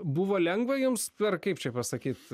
buvo lengva jums per kaip čia pasakyt